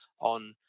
on